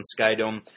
Skydome